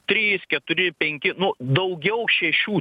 trys keturi penki nu daugiau šešių